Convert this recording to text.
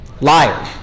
Liar